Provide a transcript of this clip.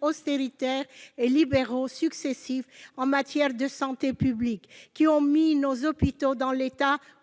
austéritaires et libéraux successifs en matière de santé publique qui ont mis nos hôpitaux dans l'état